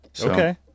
Okay